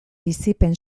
bizipen